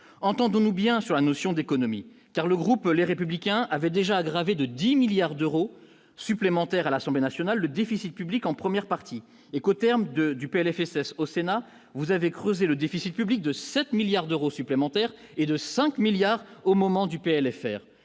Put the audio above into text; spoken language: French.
entendons-nous bien sur la notion d'économie, car le groupe, les républicains avaient déjà aggravé de 10 milliards d'euros supplémentaires à l'Assemblée nationale, le déficit public en première partie éco, terme de du PLFSS au Sénat, vous avez creusé le déficit public de 7 milliards d'euros supplémentaires et de 5 milliards au moment du PLFR